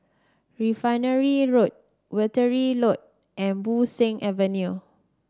Refinery Road Wittering Road and Bo Seng Avenue